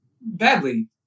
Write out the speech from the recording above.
badly